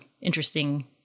interesting